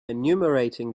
enumerating